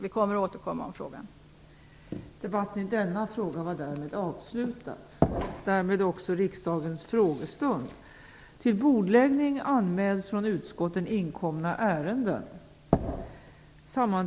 Vi kommer att återkomma i frågan.